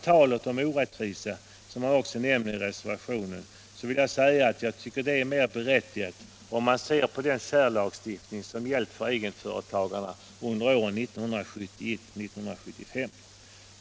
Talet om orättvisa, som man också nämner i reservationen, är mer berättigat om man ser på den särlagstiftning som gällt för egenföretagarna under åren 1971-1975.